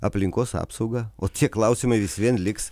aplinkos apsaugą o tie klausimai vis vien liks